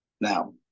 Now